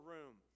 Room